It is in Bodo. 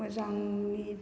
मोजांनि